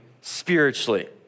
spiritually